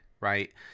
right